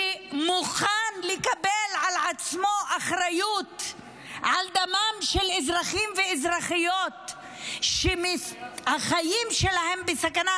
שמוכן לקבל על עצמו אחריות לדמם של אזרחים ואזרחיות שהחיים שלהם בסכנה.